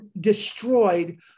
destroyed